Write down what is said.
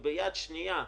וביד שנייה,